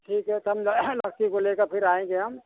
ठीक है तो हम जो है लड़की को ले कर आएँगे हम